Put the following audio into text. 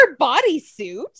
bodysuit